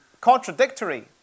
contradictory